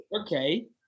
Okay